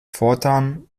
fortan